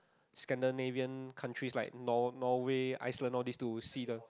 Scandinavian countries like nor~ Norway Iceland all this to see the